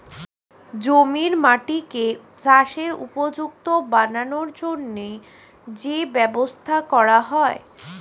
জমির মাটিকে চাষের উপযুক্ত বানানোর জন্যে যে ব্যবস্থা করা হয়